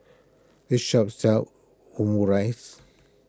this shop sells Omurice